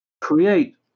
create